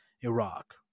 Iraq